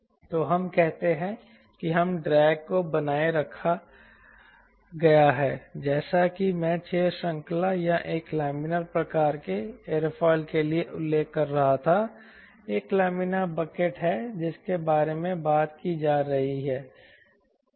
तो हम कहते हैं कि कम ड्रैग को बनाए रखा गया है जैसा कि मैं 6 श्रृंखला या एक लामिना प्रकार के एयरोफिल के लिए उल्लेख कर रहा था एक लामिना बकेट है जिसके बारे में बात की जा रही है